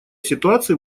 ситуации